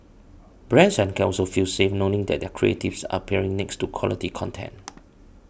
brands can also feel safe knowing that their creatives are appearing next to quality content